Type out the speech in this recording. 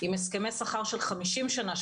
עם הסכמי שכר של 50 שנים,